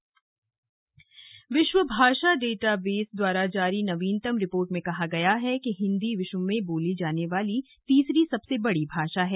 हिन्दी भाषा विश्व भाषा डेटा बेस द्वारा जारी नवीनतम रिपोर्ट में कहा गया है कि हिन्दी विश्व में बोली जाने वाली तीसरी सबसे बड़ी भाषा है